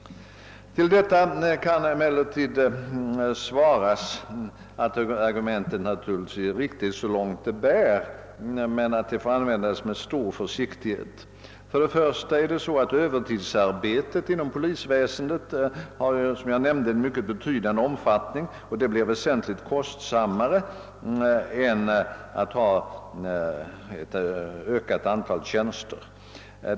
Detta är naturligtvis i och för sig riktigt, men detta argument måste användas med stor försiktighet. För det första har, som jag nämnde, övertidsarbetet inom polisväsendet betydande omfattning, och detta blir väsentligt kostsammare än en ökning av antalet tjänster.